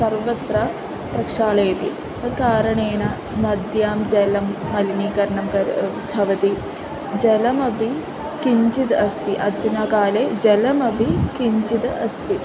सर्वत्र प्रक्षालयन्ति तत् कारणेन नद्यां जलं मलिनीकरणं करो भवति जलमपि किञ्चिद् अस्ति अधुना काले जलमपि किञ्चिद् अस्ति